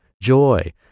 joy